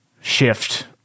shift